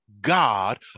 God